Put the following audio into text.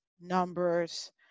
numbers